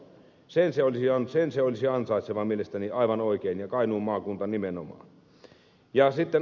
sen se olisi ansaitseva mielestäni aivan oikein ja kainuun maakunta nimenomaan